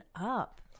up